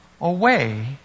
away